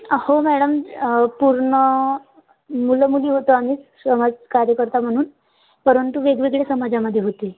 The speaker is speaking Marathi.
हो मॅडम पूर्ण मुलं मुली होतो आम्ही समाज कार्यकर्ता म्हणून परंतु वेगवेगळ्या समाजामध्ये होते